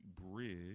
Bridge